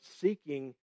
seeking